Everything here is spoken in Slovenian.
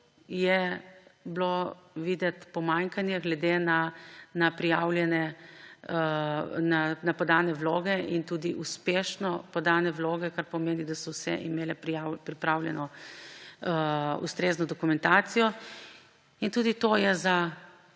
je bilo videti pomanjkanje glede na podane vloge, in tudi uspešno podane vloge, kar pomeni, da so vse imele pripravljeno ustrezno dokumentacijo. Tudi to je za